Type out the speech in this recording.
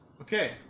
Okay